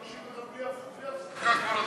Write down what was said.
אני מקשיב לך בלי הפסקה כל הזמן.